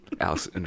Alice